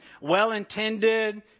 well-intended